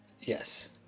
Yes